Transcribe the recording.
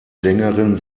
sängerin